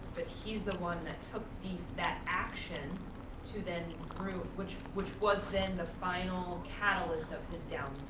he's the one that took that action to then, which which was then the final catalyst of his downfall.